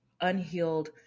unhealed